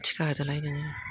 थिखा होदोलाय नोङो